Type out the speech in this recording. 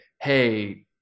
hey